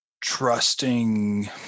trusting